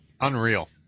Unreal